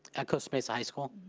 at costa mesa high school?